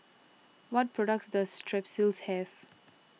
what products does Strepsils have